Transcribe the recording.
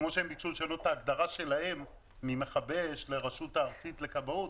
כמו שהם ביקשו לשנות את ההגדרה שלהם ממכבי אש לרשות הארצית לכבאות,